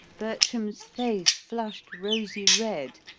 bertram's face flushed rosy red,